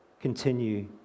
continue